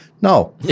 no